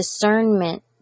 discernment